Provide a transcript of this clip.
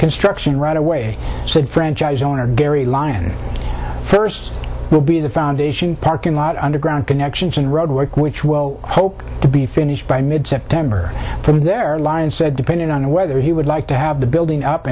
construction right away said franchise owner gary lyon first will be the foundation parking lot underground connections and road work which will hope to be finished by mid september from their line said depending on whether he would like to have the building up